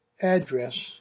address